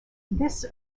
this